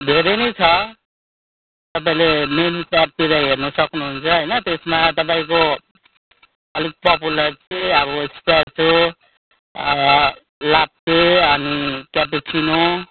धेरै नै छ तपाईँले मेनु चार्ट हेर्नु सक्नुहुन्छ होइन त्यसमा तपाईँको अलिक पपुलर चाहिँ अब लाट्टे अनि क्यापिचिनो